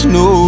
no